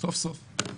סוף סוף.